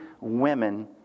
women